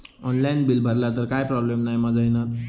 Online bill भरला तर काय प्रोब्लेम नाय मा जाईनत?